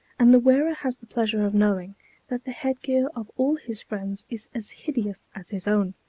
and the wearer has the pleasure of knowing that the head-gear of all his friends is as hideous as his own.